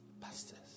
Pastors